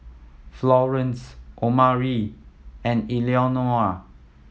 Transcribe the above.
Florence Omari and Eleonora